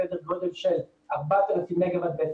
סדר גודל של 4,000 ב-2025,